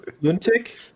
lunatic